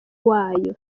wayo